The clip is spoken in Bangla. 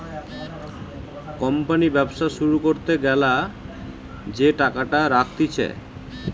কোম্পানি ব্যবসা শুরু করতে গ্যালা যে টাকাটা রাখতিছে